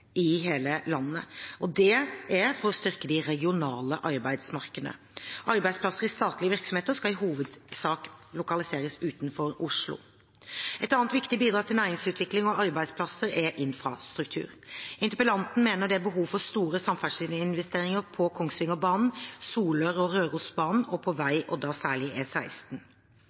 i hele landet. Det er for å styrke de regionale arbeidsmarkedene. Arbeidsplasser i statlige virksomheter skal i hovedsak lokaliseres utenfor Oslo. Et annet viktig bidrag til næringsutvikling og arbeidsplasser er infrastruktur. Interpellanten mener det er behov for store samferdselsinvesteringer på Kongsvingerbanen, Solør- og Rørosbanen og på vei – og da særlig